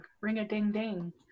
ring-a-ding-ding